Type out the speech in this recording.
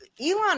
Elon